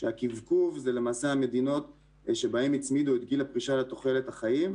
שהקווקוו זה המדינות שבהן הצמידו את גיל הפרישה לתוחלת החיים,